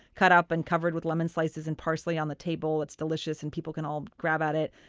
cut up and covered with lemon slices and parsley on the table. it's delicious and people can all grab at it.